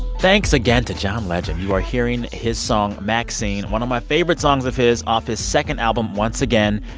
thanks again to john legend. you are hearing his song maxine, one of my favorite songs of his, off his second album, once again,